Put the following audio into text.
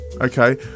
okay